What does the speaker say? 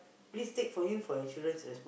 please take from him for your children's respon~